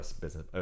business